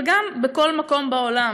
וגם בכל מקום בעולם.